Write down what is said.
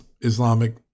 Islamic